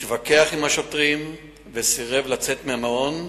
שהתווכח עם השוטרים וסירב לצאת מהמעון,